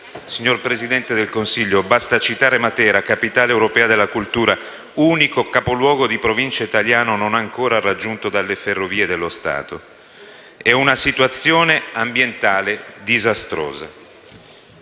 signor Presidente del Consiglio, basta citare Matera, capitale europea della cultura, unico capoluogo di provincia italiano non ancora raggiunto dalle Ferrovie dello Stato *(Commenti del senatore